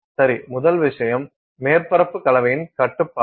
சரி முதல் விஷயம் மேற்பரப்பு கலவையின் கட்டுப்பாடு